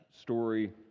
story